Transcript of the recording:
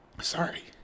Sorry